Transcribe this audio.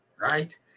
right